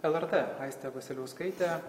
lrt aistė vasiliauskaitė